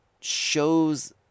shows